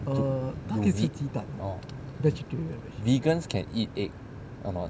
no is it no vegans can eat egg or not